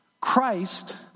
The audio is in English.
Christ